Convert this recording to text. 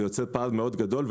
זה יוצר פער מאוד גדול.